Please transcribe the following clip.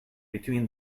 between